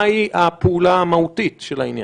מהי הפעולה המהותית של העניין?